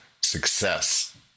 success